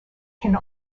can